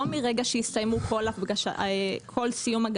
לא מרגע שהסתיימו כל הגשות המסמכים.